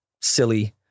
silly